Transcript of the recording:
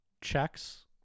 checks